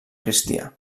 cristià